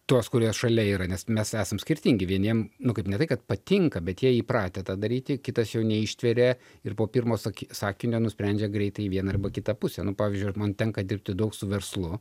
tuos kurie šalia yra nes mes esam skirtingi vieniem nu ne tai kad patinka bet jie įpratę tą daryti kitas jau neištveria ir po pirmo saki sakinio nusprendžia greitai į vieną arba kitą pusę nu pavyzdžiui man tenka dirbti daug su verslu